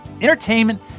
entertainment